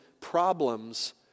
problems